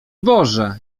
boże